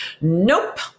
Nope